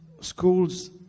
schools